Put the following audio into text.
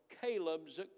Caleb's